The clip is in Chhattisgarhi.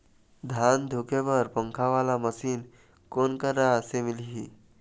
धान धुके बर पंखा वाला मशीन कोन करा से मिलही?